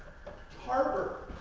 harbor